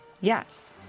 Yes